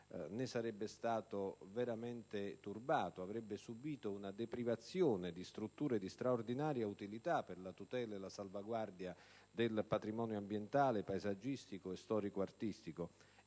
ne sarebbe stato veramente turbato, avrebbe subito una deprivazione di strutture di straordinaria utilità per la tutela e la salvaguarda del patrimonio ambientale, paesaggistico e storico‑artistico.